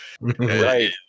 right